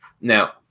Now